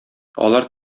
алар